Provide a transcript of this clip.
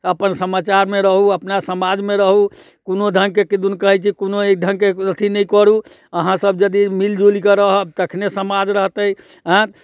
अपन समाचारमे रहू अपना समाजमे रहू कोनो ढ़ङ्गके किदुन कहै छै कोनो अइ ढ़ङ्गके अथी नहि करू अहाँ सब यदि मिलजुलि कऽ रहब तखने समाज रहतै एँ